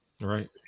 Right